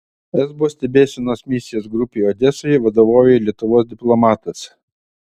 esbo stebėsenos misijos grupei odesoje vadovauja lietuvos diplomatas